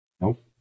Nope